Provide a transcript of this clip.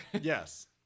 Yes